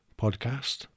podcast